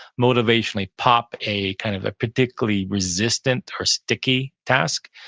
motivational pop a kind of a particularly resistant or sticky task,